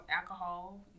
alcohol